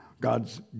God's